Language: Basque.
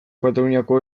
kataluniako